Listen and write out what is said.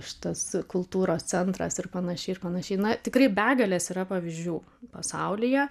šitas kultūros centras ir panašiai ir panašiai na tikrai begalės yra pavyzdžių pasaulyje